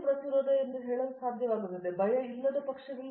ಪ್ರತಾಪ್ ಹರಿಡೋಸ್ ಖಚಿತವಾಗಿ